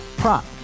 Prop